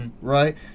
right